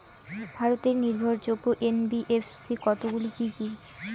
ভারতের নির্ভরযোগ্য এন.বি.এফ.সি কতগুলি কি কি?